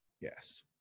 Yes